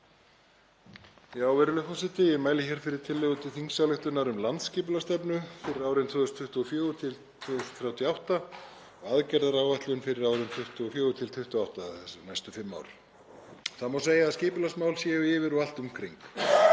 Virðulegur forseti. Ég mæli fyrir tillögu til þingsályktunar um landsskipulagsstefnu fyrir árin 2024–2038 og aðgerðaáætlun fyrir árin 2024–2028, þ.e. næstu fimm ár. Það má segja að skipulagsmál séu yfir og allt um kring.